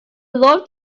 love